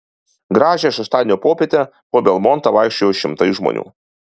gražią šeštadienio popietę po belmontą vaikščiojo šimtai žmonių